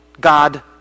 God